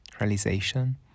realization